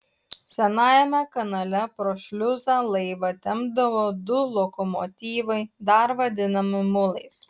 senajame kanale pro šliuzą laivą tempdavo du lokomotyvai dar vadinami mulais